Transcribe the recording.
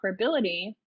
operability